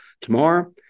tomorrow